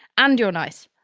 and you're nice.